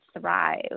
thrive